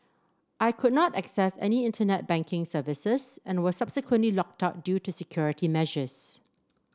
I could not access any Internet banking services and was subsequently locked out due to security measures